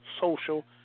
social